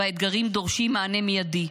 והאתגרים דורשים מענה מיידי.